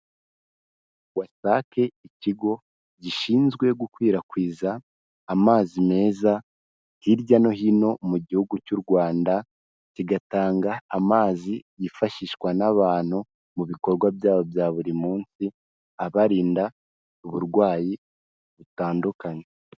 WASAC ikigo gishinzwe gukwirakwiza amazi meza hirya no hino mu gihugu cy'u Rwanda, kigatanga amazi yifashishwa n'abantu mu bikorwa byabo bya buri munsi, abarinda uburwayi butandukanye.